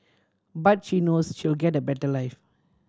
but she knows she'll get a better life